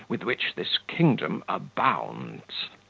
with which this kingdom abounds.